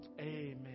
amen